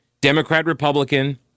Democrat-Republican